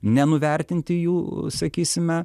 nenuvertinti jų sakysime